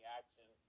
action